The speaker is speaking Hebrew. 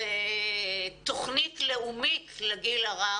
זאת תוכנית לאומית לגיל הרך.